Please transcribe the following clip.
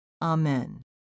Amen